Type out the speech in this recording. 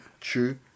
True